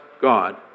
God